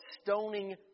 stoning